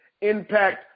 impact